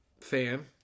fan